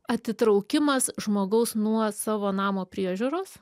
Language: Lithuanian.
atitraukimas žmogaus nuo savo namo priežiūros